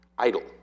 idle